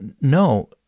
no